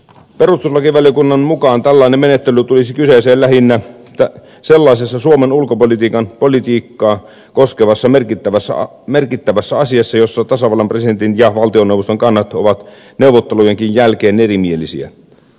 perustuslakivaliokunnan mukaan tällainen menettely tulisi kyseeseen lähinnä sellaisessa suomen ulkopolitiikkaa koskevassa merkittävässä asiassa jossa tasavallan presidentin ja valtioneuvoston kannat ovat neuvottelujenkin jälkeen erimieliset